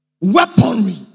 weaponry